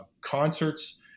concerts